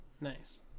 Nice